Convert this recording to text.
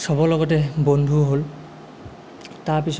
সবৰ লগতে বন্ধু হ'ল তাৰপিছত